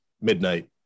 midnight